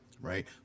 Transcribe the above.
right